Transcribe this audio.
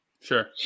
Sure